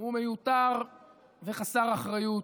הוא מיותר וחסר אחריות.